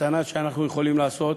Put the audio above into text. הקטנה שאנחנו יכולים לעשות.